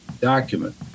document